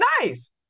nice